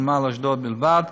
בנמל אשדוד בלבד.